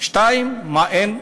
2. מה אין?